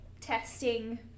testing